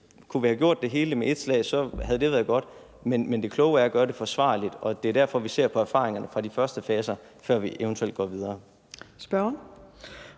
Kunne vi have gjort det hele med et slag, havde det været godt, men det kloge er at gøre det forsvarligt. Og det er derfor, vi ser på erfaringerne fra de første faser, før vi eventuelt går videre.